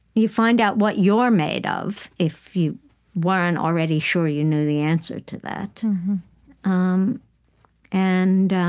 you find out what you're made of if you weren't already sure you knew the answer to that um and